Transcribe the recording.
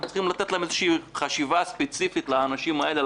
אנחנו צריכים לתת איזושהי חשיבה ספציפית לאנשים האלה,